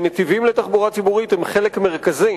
ונתיבים לתחבורה ציבורית הם חלק מרכזי